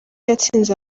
yatsinze